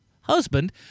husband